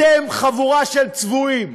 אתם חבורה של צבועים.